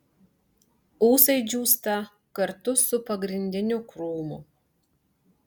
ūsai džiūsta kartu su pagrindiniu krūmu